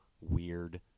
weird